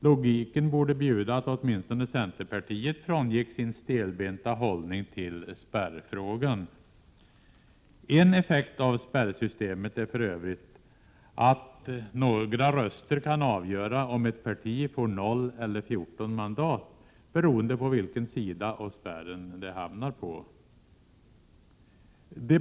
Logiken borde bjuda att åtminstone centerpartiet frångick sin stelbenta hållning till spärrfrågan. En effekt av spärrsystemet är för övrigt att några få röster kan avgöra om ett parti får 0 eller 14 mandat, beroende på vilken sida av spärren man hamnar på.